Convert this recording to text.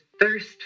thirst